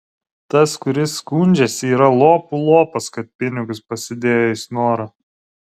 tas kuris skundžiasi yra lopų lopas kad pinigus pasidėjo į snorą